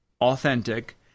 authentic